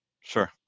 Sure